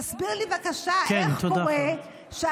תסביר לי בבקשה איך קורה, תודה, חברת הכנסת.